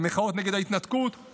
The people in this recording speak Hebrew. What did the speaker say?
במחאות נגד ההתנתקות,